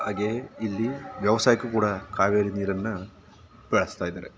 ಹಾಗೆ ಇಲ್ಲಿ ವ್ಯವಸಾಯಕ್ಕೂ ಕೂಡ ಕಾವೇರಿ ನೀರನ್ನು ಬಳಸ್ತಾ ಇದ್ದಾರೆ